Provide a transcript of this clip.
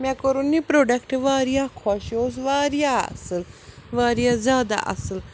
مےٚ کوٚرُن یہِ پرٛوڈکٹ وارِیاہ خۄش یہِ اوس وارِیاہ اصٕل وارِیاہ زیادٕ اصٕل